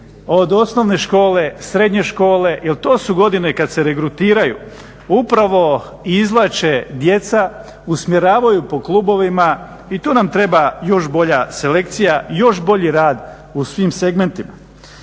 od osnovne škole, srednje škole jer to su godine kad se regrutiraju upravo izvlače djeca, usmjeravaju po klubovima i tu nam treba još bolja selekcija, još bolji rad u svim segmentnima.